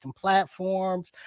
platforms